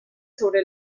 sobre